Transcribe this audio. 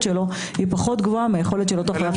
שלו היא פחות גבוהה מהיכולת של אותו חייב שכן יכול.